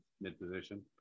mid-position